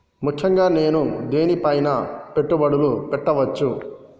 ముఖ్యంగా నేను దేని పైనా పెట్టుబడులు పెట్టవచ్చు?